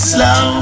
Slow